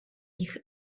nich